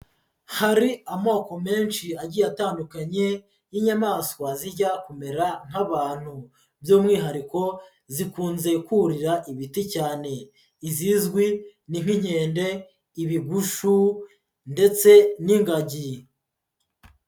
Hari amoko menshi agiye atandukanye y'inyamaswa zijya kumera nk'abantu. By'umwihariko zikunze kurira ibiti cyane. Izizwi ni nk'inkende, ibigushu ndetse n'ingagi.